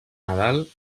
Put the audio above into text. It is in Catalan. nadal